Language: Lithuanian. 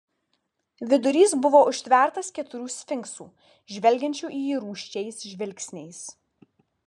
vidurys buvo užtvertas keturių sfinksų žvelgiančių į jį rūsčiais žvilgsniais